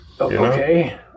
Okay